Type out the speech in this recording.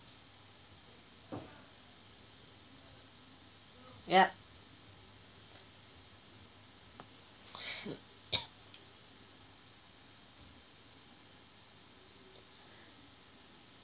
yup